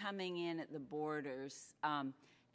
coming in at the borders